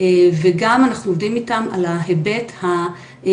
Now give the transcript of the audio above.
וגם אנחנו עובדים איתם על ההיבט המנטאלי